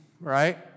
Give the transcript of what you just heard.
right